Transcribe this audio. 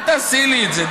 אל תעשי לי את זה.